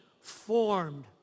formed